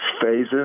phases